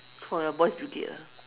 for your boys brigade ah